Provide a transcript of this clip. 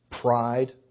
pride